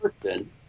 person